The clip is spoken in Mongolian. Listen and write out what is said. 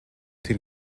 тэр